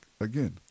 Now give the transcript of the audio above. Again